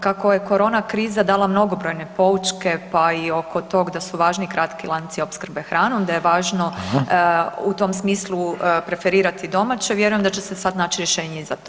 Kako je korona kriza dala mnogobrojne poučke, pa i oko tog da su važni kratki lanci opskrbe hranom, da je važno [[Upadica: Hvala.]] u tom smislu preferirati domaće, vjerujem da će se sad naći rješenje i za to.